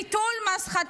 ביטול המס על חד-פעמי,